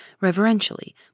reverentially